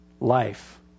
Life